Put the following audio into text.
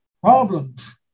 problems